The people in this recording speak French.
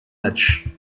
matches